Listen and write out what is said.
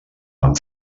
van